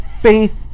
faith